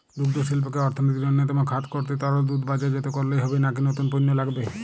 দুগ্ধশিল্পকে অর্থনীতির অন্যতম খাত করতে তরল দুধ বাজারজাত করলেই হবে নাকি নতুন পণ্য লাগবে?